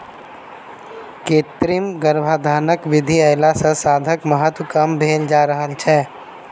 कृत्रिम गर्भाधानक विधि अयला सॅ साँढ़क महत्त्व कम भेल जा रहल छै